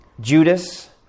Judas